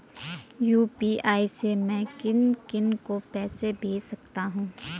UPI से मैं किन किन को पैसे भेज सकता हूँ?